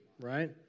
right